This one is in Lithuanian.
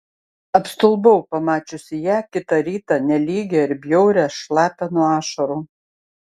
apstulbau pamačiusi ją kitą rytą nelygią ir bjaurią šlapią nuo ašarų